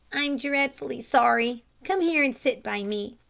i'm dreadfully sorry. come here, and sit by me.